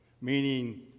meaning